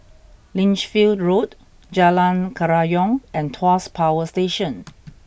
Lichfield Road Jalan Kerayong and Tuas Power Station